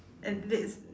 uh that's